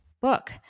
book